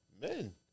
Men